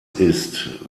ist